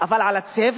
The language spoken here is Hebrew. אבל על הצבע?